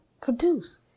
produce